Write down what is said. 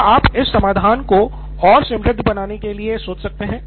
तो क्या आप इस समाधान को और समृद्ध बनाने के लिए सोच सकते हैं